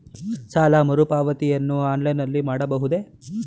ಸಾಲ ಮರುಪಾವತಿಯನ್ನು ಆನ್ಲೈನ್ ನಲ್ಲಿ ಮಾಡಬಹುದೇ?